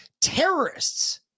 terrorists